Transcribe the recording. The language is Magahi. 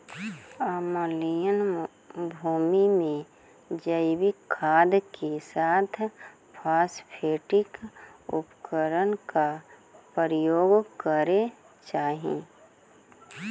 अम्लीय भूमि में जैविक खाद के साथ फॉस्फेटिक उर्वरक का प्रयोग करे चाही